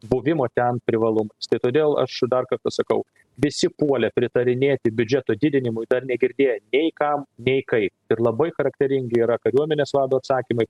buvimo ten privalumas tai todėl aš ir dar kartą sakau visi puolė pritarinėti biudžeto didinimui dar negirdėję nei kam nei kaip ir labai charakteringi yra kariuomenės vado atsakymai